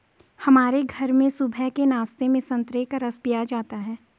हमारे घर में सुबह के नाश्ते में संतरे का रस पिया जाता है